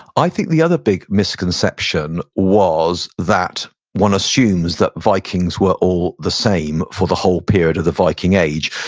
i think the other big misconception was that one assumes that vikings were all the same for the whole period of the viking age.